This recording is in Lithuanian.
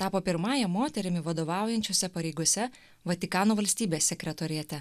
tapo pirmąja moterimi vadovaujančiose pareigose vatikano valstybės sekretoriate